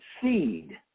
seed